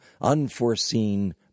unforeseen